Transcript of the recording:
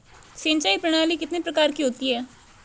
सिंचाई प्रणाली कितने प्रकार की होती है?